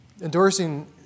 Endorsing